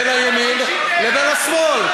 בין הימין לבין השמאל,